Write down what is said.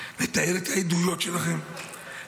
נתעד את העדויות שלכם,